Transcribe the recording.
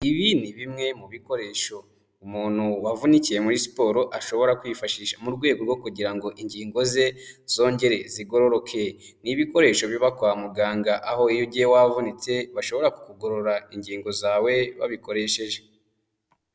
Ibi ni bimwe mu bikoresho umuntu wavunikiye muri siporo ashobora kwifashisha mu rwego rwo kugira ngo ingingo ze zongere zigororoke, ni ibikoresho biba kwa muganga aho iyo ugiye wavunitse bashobora kukugorora ingingo zawe babikoresheje.